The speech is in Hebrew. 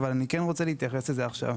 אבל עכשיו אני רוצה להתייחס לזה.